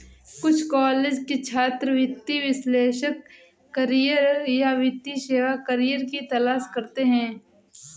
कुछ कॉलेज के छात्र वित्तीय विश्लेषक करियर या वित्तीय सेवा करियर की तलाश करते है